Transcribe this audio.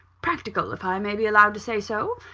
practical, if i may be allowed to say so.